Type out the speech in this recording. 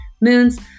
moons